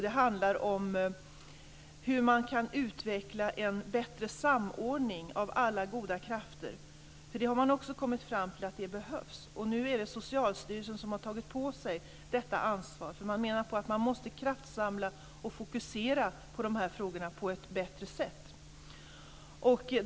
Den handlar om hur man kan utveckla en bättre samordning av alla goda krafter. Man har nämligen kommit fram till att det behövs. Nu har Socialstyrelsen tagit på sig detta ansvar. Man menar att man måste kraftsamla och fokusera på de här frågorna på ett bättre sätt.